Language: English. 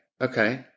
Okay